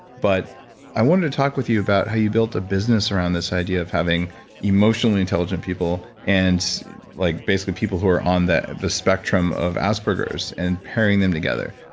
but i want to talk with you about how you built a business around this idea of having emotionally intelligent people and like basically people who are on the the spectrum of asperger's and pairing them together.